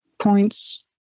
points